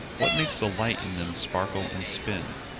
what makes the light in them sparkle and spin?